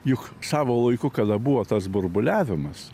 juk savo laiku kada buvo tas burbuliavimas